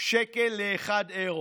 שקל לאירו.